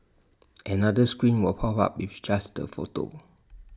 another screen will pop up with just the photo